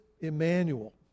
Emmanuel